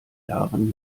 jahren